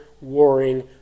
warring